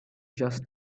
just